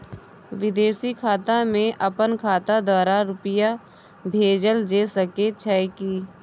विदेशी खाता में अपन खाता द्वारा रुपिया भेजल जे सके छै की?